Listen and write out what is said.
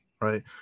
right